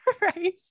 Right